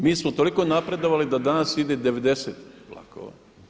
Mi smo toliko napredovali da danas ide 90 vlakova.